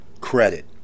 credit